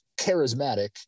charismatic